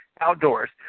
outdoors